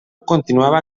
continuava